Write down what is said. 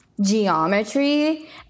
Geometry